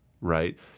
right